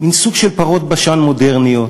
מין סוג של פרות בשן מודרניות